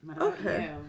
Okay